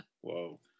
Whoa